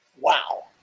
Wow